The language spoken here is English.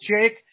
Jake